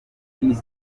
kiss